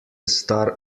star